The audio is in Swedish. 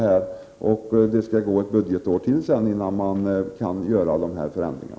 Skall det gå ett budgetår till, innan man gör dessa förändringar?